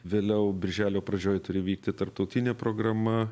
vėliau birželio pradžioj turi vykti tarptautinė programa